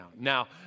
Now